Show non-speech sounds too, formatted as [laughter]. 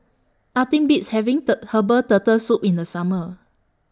Nothing Beats having [unintelligible] Herbal Turtle Soup in The Summer